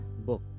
Book